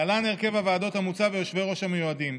להלן הרכב הוועדות המוצע ויושבי-הראש המיועדים: